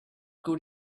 good